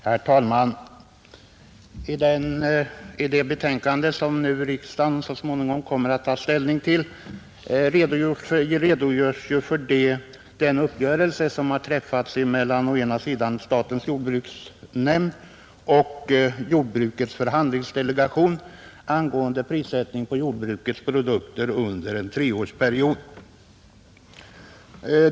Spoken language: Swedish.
Herr talman! I det utskottsbetänkande som riksdagen här har att ta ställning till redogörs för den uppgörelse som träffats mellan statens jordbruksnämnd och jordbrukets förhandlingsdelegation rörande prissättningen på jordbrukets produkter under en treårsperiod.